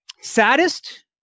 saddest